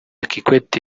kikwete